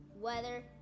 weather